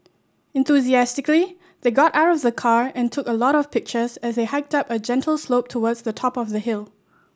enthusiastically they got out of the car and took a lot of pictures as they hiked up a gentle slope towards the top of the hill